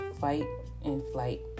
fight-and-flight